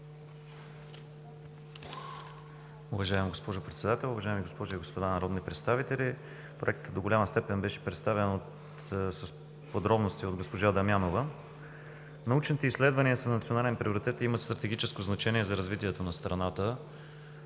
Уважаема госпожо Председател, уважаеми госпожи и господа народни представители! Проектът до голяма степен беше представен с подробности от госпожа Дамянова. Научните изследвания са национален приоритет и имат стратегическо значение за развитието на страната.